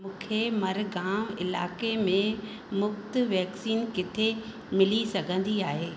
मूंखे मरिगाँव इलाइके में मुफ़्त वैक्सीन किथे मिली सघंदी आहे